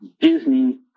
Disney